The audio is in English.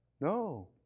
No